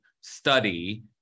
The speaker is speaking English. study